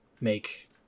make